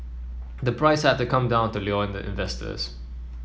the price had to come down to lure in the investors